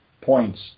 points